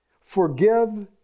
forgive